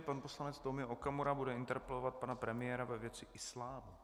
Pan poslanec Tomio Okamura bude interpelovat pana premiéra ve věci islámu.